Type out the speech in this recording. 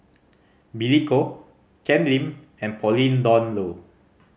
Billy Koh Ken Lim and Pauline Dawn Loh